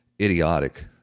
idiotic